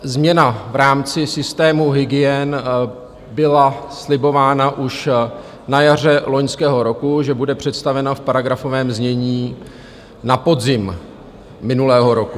Změna v rámci systému hygien byla slibována už na jaře loňského roku, že bude představena v paragrafovém znění na podzim minulého roku.